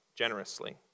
generously